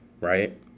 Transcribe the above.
right